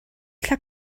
thla